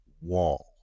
wall